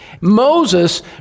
Moses